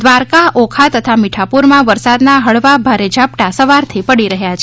દ્વારકા ઓખા તથા મીઠાપ્રર્માં વરસાદના હળવા ભારે ઝાપટાં સવારથી પડી રહ્યાં છે